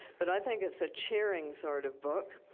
but i think it's a cheering sort of book,